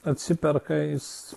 atsiperka jis